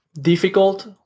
difficult